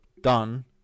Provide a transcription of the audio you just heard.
done